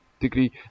degree